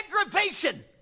aggravation